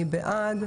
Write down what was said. מי בעד?